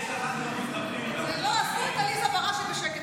עזבו את עליזה בראשי בשקט.